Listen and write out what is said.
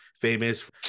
famous